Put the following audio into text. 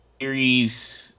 series